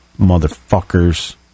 motherfuckers